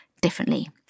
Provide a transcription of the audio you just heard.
differently